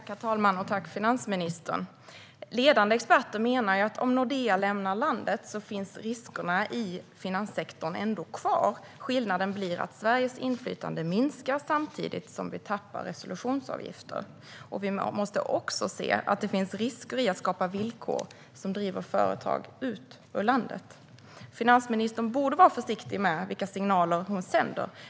Herr talman! Tack, finansministern! Ledande experter menar: Om Nordea lämnar landet finns riskerna i finanssektorn ändå kvar. Skillnaden blir att Sveriges inflytande minskar samtidigt som vi tappar resolutionsavgifter. Vi måste också se att det finns risker i att skapa villkor som driver företag ut ur landet. Finansministern borde vara försiktig med vilka signaler hon sänder.